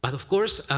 but of course,